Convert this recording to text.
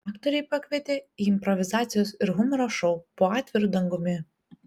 aktoriai pakvietė į improvizacijos ir humoro šou po atviru dangumi